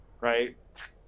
Right